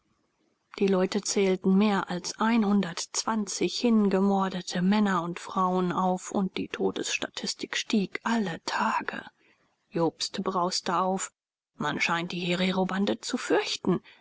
die leute zählten mehr als hingemordete männer und frauen auf und die todesstatistik stieg alle tage jobst brauste auf man scheint die hererobande zu fürchten